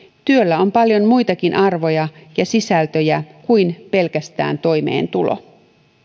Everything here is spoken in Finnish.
työllä on paljon muitakin arvoja ja sisältöjä kuin pelkästään toimeentulo